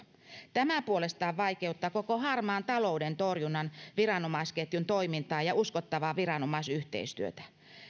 tämä puolestaan vaikeuttaa koko harmaan talouden torjunnan viranomaisketjun toimintaa ja uskottavaa viranomaisyhteistyötä